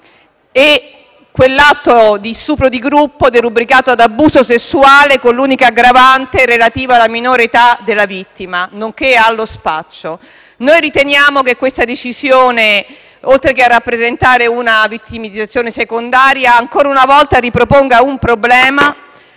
e l'atto di stupro di gruppo ad abuso sessuale con l'unica aggravante relativa alla minore età della vittima nonché allo spaccio. Riteniamo che tale decisione, oltre che rappresentare una vittimizzazione secondaria, ancora una volta riproponga un problema